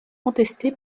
contesté